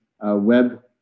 web